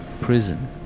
prison